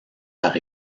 par